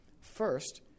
First